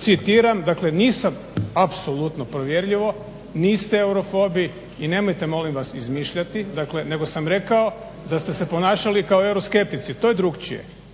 citiram, dakle nisam apsolutno provjerljivo niste eurofobi i nemojte molim vas izmišljati. Nego sam rekao da ste se ponašali kao euroskeptici. To je drukčije,